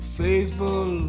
faithful